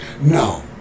No